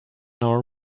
our